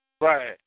Right